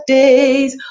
days